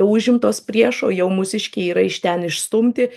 užimtos priešo jau mūsiškiai yra iš ten išstumti